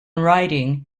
writing